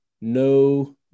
no